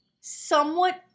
somewhat